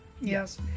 Yes